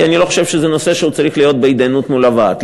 כי אני לא חושב שזה נושא שצריך להיות בהתדיינות מול הוועד.